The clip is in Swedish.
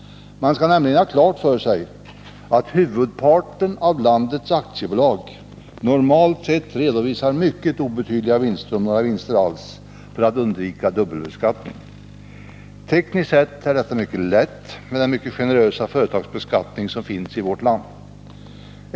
Man skall nämligen ha klart för sig att huvudparten av landets aktiebolag normalt sett redovisar mycket obetydliga vinster, om ens några, för att undvika dubbelbeskattning. Tekniskt sett är detta mycket lätt med den mycket generösa företagsbeskattning som finns i vårt land.